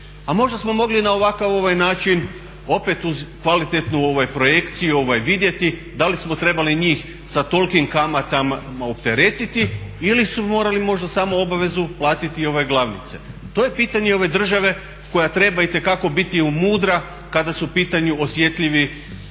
A možda smo mogli na ovakav način opet uz kvalitetnu projekciju vidjeti da li smo trebali njih sa tolikim kamatama opteretiti ili su morali možda samo obavezu platiti glavnice. To je pitanje ove države koja treba itekako biti mudra kada su u pitanju osjetljivi